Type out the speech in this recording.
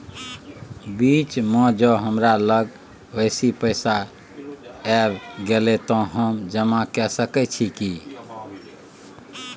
बीच म ज हमरा लग बेसी पैसा ऐब गेले त हम जमा के सके छिए की?